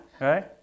Right